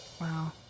Wow